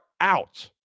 out